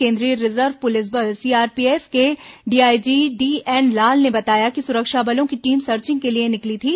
केंद्रीय reserve police बल CRPF के डीआईजी डीएन लाल ने बताया कि सुरक्षा बलों की टीम सर्चिंग के लिए निकली थी